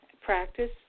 practice